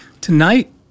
Tonight